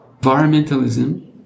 Environmentalism